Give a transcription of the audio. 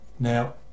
Now